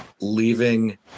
leaving